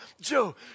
Joe